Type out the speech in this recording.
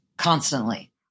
constantly